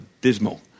dismal